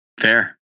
Fair